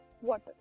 water